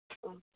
ம்